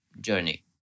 journey